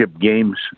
games